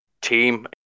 team